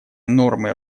нормой